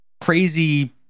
crazy